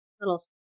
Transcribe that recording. little